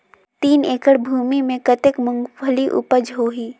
तीन एकड़ भूमि मे कतेक मुंगफली उपज होही?